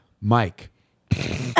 Mike